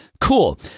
cool